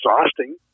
exhausting